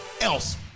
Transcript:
else